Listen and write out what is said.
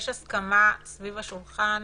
יש הסכמה סביב השולחן